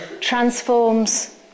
transforms